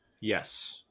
Yes